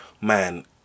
man